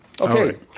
Okay